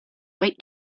wait